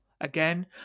Again